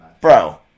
Bro